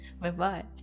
Bye-bye